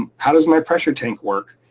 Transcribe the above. um how does my pressure tank work?